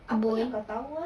boy